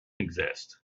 exist